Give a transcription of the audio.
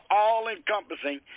all-encompassing